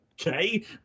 okay